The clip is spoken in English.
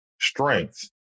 strength